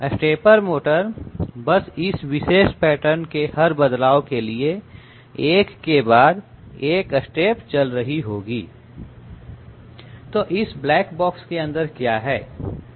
stepper motor बस इस विशेष पैटर्न के हर बदलाव के लिए एक के बाद एक स्टेप चल रही होगी तो इस ब्लैक बॉक्स के अंदर क्या है